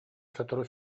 сотору